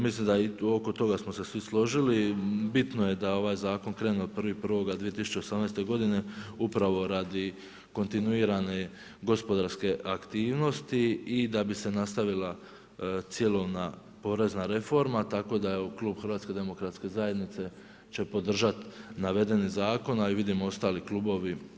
Mislim da i oko toga smo se svi složili, bitno je da ovaj zakon krene od 1.1.2018. upravo radi kontinuirano gospodarske aktivnosti i da bi se nastavila cijelovna porezna reforma, tako da u Klubu HDZ će podržati navedeni zakon, a i vidim ostali klubovi.